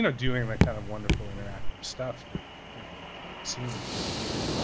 you know doing that kind of wonderful interactive stuff that you know we've seen here